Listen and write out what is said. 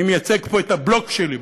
אני מייצג פה את הבלוק שלי,